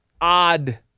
odd